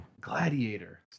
Gladiator